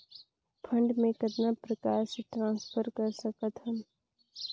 Fund मे कतना प्रकार से ट्रांसफर कर सकत हन?